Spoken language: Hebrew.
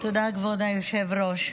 תודה, כבוד היושב-ראש.